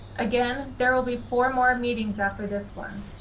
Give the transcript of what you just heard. again, there will be four more meetings after this one.